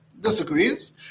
disagrees